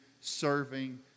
serving